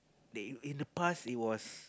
they in the past it was